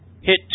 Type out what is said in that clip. hit